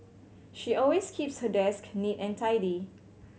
she always keeps her desk neat and tidy